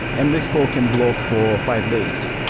and this call can block for five days.